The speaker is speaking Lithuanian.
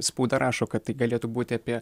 spauda rašo kad tai galėtų būti apie